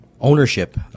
ownership